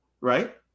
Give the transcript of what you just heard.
right